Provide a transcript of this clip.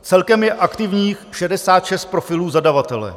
Celkem je aktivních 66 profilů zadavatele.